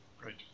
Great